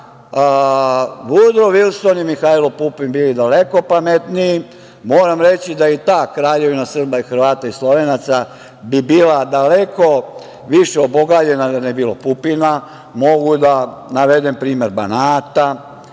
Vudro Vilson i Mihajlo Pupin bili daleko pametniji. Moram reći da bi i ta Kraljevina Srba, Hrvata i Slovenaca bila daleko više obogaljena da nije bilo Pupina. Mogu da navedem primer Banata,